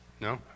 No